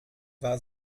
war